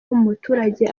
umuturage